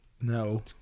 No